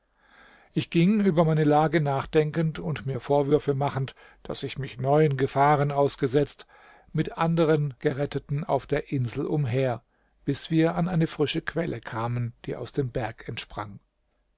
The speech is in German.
ich ging über meine lage nachdenkend und mir vorwürfe machend daß ich mich neuen gefahren ausgesetzt mit den anderen geretteten auf der insel umher bis wir an eine frische quelle kamen die aus dem berg entsprang